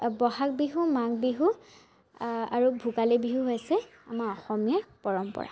বহাগ বিহু মাঘ বিহু আৰু ভোগালী বিহুৰ হৈছে আমাৰ অসমীয়া পৰম্পৰা